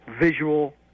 visual